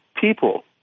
people